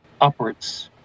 upwards